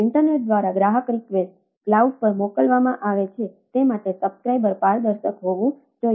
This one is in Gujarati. ઇન્ટરનેટ દ્વારા ગ્રાહક રીક્વેસ્ટ પારદર્શક હોવું જોઈએ